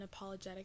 unapologetic